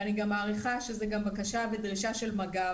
ואני מעריכה שזו גם בקשה ודרישה של מג"ב,